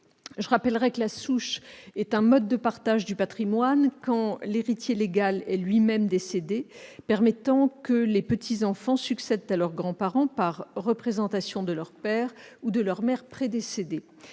Je rappelle que la souche est un mode de partage du patrimoine quand l'héritier légal est lui-même décédé, permettant que les petits-enfants succèdent à leurs grands-parents par représentation de leur père ou de leur mère prédécédés.